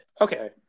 okay